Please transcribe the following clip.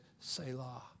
Selah